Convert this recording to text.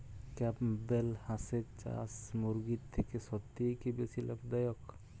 Campbell হাঁসের চাষ মুরগির থেকে সত্যিই কি বেশি লাভ দায়ক?